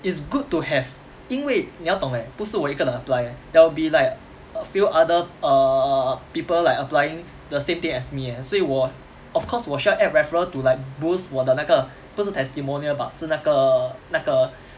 it's good to have 因为你要懂 leh 不是我一个人 apply there'll be like a few other err people like applying the same thing as me eh 所以我 of course 我需要 add referral to like boost 我的那个不是 testimonial but 是那个那个